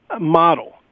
model